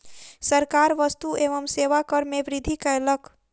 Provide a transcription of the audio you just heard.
सरकार वस्तु एवं सेवा कर में वृद्धि कयलक